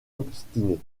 optimisés